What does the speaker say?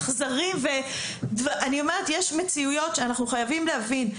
אכזריים ואני אומרת יש מציאויות שאנחנו חייבים להבין,